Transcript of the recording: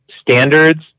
standards